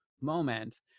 moment